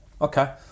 Okay